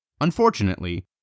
Unfortunately